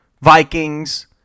vikings